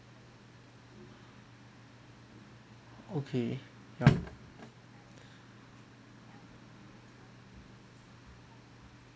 okay yup